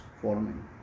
forming